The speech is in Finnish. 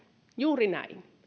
juuri näin